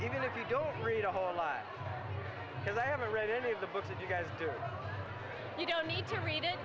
even if you don't read a whole lot because i haven't read any of the books that you guys do you don't need to read it